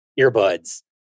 earbuds